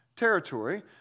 territory